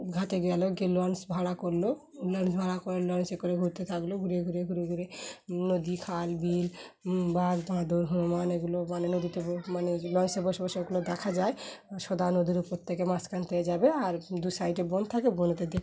ঘাটে গেল গিয়ে লঞ্চ ভাড়া করলো লঞ্চ ভাড়া করে লঞ্চে করে ঘুরতে থাকলো ঘুরে ঘুরে ঘুরে ঘুরে নদী খাল বিল বাঁধ বাঁদর হনুমান এগুলো মানে নদীতে মানে লঞ্চে বসে বসে এগুলো দেখা যায় সদা নদীর উপর থেকে মাঝখানতে যাবে আর দু সাইডে বোন থাকে বনেতে দেখ